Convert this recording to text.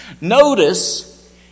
Notice